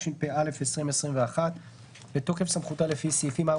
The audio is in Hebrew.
התשפ"א-2021 "בתוקף סמכותה לפי סעיפים 4,